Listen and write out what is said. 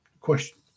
question